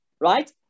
right